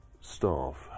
staff